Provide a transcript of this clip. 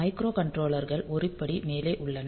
மைக்ரோகண்ட்ரோலர்கள் 1 படி மேலே உள்ளன